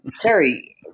Terry